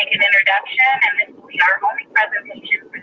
like an introduction and we are on preservation